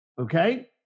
Okay